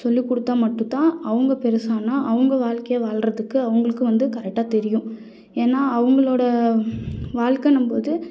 சொல்லி கொடுத்தா மட்டும் தான் அவங்க பெருசானால் அவங்க வாழ்க்கைய வாழ்றதுக்கு அவங்களுக்கு வந்து கரெக்டாக தெரியும் ஏன்னா அவங்களோட வாழ்க்கன்னும்போது